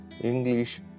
English